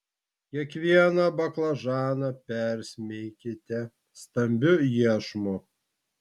kiekvieną baklažaną persmeikite stambiu iešmu